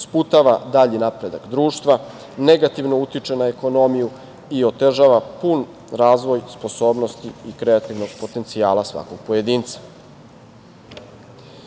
sputava dalji napredak društva, negativno utiče na ekonomiju i otežava pun razvoj sposobnosti i kreativnog potencijala svakog pojedinca. Ovakvi